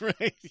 right